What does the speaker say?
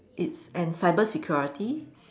it's and cybersecurity